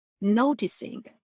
noticing